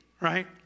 right